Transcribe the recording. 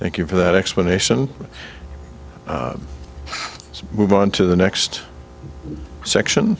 thank you for that explanation move on to the next section